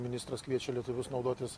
ministras kviečia lietuvius naudotis